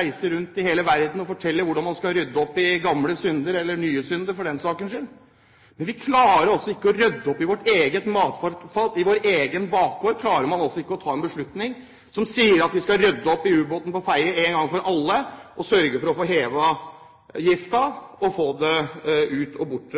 reiser rundt i hele verden og forteller hvordan man skal rydde opp i gamle synder, eller nye synder for den saks skyld. Men vi klarer altså ikke å rydde opp i vårt eget matfat. I vår egen bakgård klarer vi altså ikke å ta en beslutning som sier at vi skal rydde opp rundt ubåten på Fedje én gang for alle, sørge for å få hevet giften og få den ut og bort.